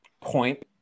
point